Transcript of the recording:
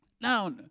Now